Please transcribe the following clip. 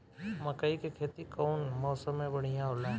मकई के खेती कउन मौसम में बढ़िया होला?